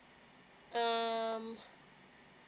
um